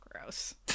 gross